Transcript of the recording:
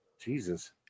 jesus